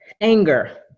anger